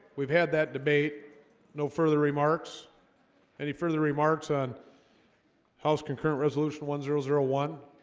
we've had that debate no further remarks any further remarks on house concurrent resolution one zero zero one